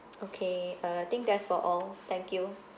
okay uh I think that's for all thank you